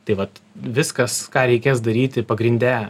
tai vat viskas ką reikės daryti pagrinde